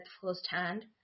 firsthand